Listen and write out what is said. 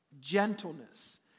gentleness